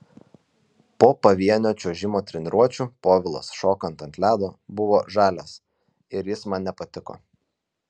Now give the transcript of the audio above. po pavienio čiuožimo treniruočių povilas šokant ant ledo buvo žalias ir jis man nepatiko